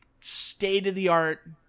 State-of-the-art